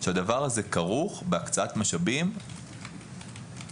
הדבר כרוך בהקצאת משאבים ותקנים.